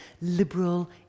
liberal